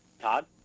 Todd